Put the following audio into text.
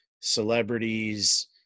celebrities